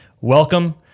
Welcome